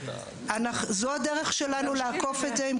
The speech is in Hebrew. זאת הדרך שלנו לעקוף את זה.